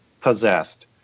possessed